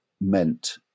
meant